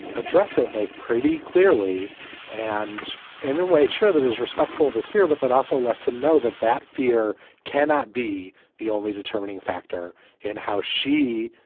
address it like pretty clearly and in a way, sure, that is respectful of his fear. but that also lets him know that that fear cannot be the only determining factor in how she,